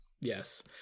Yes